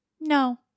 No